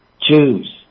Choose